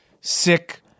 sick